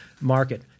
market